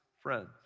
friends